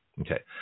Okay